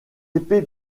épées